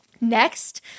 Next